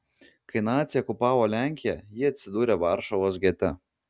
kai naciai okupavo lenkiją ji atsidūrė varšuvos gete